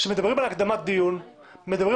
כשמדברים על הקדמת דיון מדברים